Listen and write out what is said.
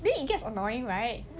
ya then it gets annoying right